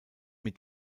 mit